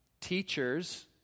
teachers